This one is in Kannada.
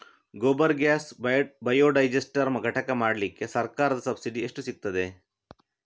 ಗೋಬರ್ ಗ್ಯಾಸ್ ಬಯೋಡೈಜಸ್ಟರ್ ಘಟಕ ಮಾಡ್ಲಿಕ್ಕೆ ಸರ್ಕಾರದ ಸಬ್ಸಿಡಿ ಎಷ್ಟು ಸಿಕ್ತಾದೆ?